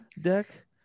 deck